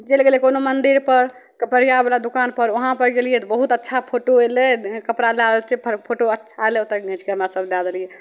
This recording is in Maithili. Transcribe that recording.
चलि गेलिए कोनो मन्दिरपर कपड़ियावला दोकानपर वहाँपर गेलिए तऽ बहुत अच्छा फोटो अएलै कपड़ा लै रहल छिए फ फोटो अच्छा अएलै ओतहु घिचैके हमरासभ दै देलिए